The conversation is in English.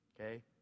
Okay